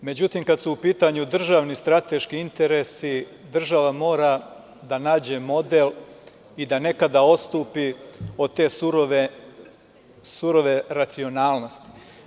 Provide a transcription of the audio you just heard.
Međutim, kada su u pitanju državni strateški interesi, država mora da nađe model i da nekada odstupi od te surove racionalnosti.